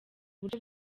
uburyo